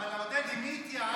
אבל עודד, עם מי התייעצתם?